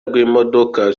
rw’imodoka